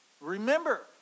Remember